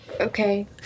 okay